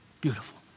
beautiful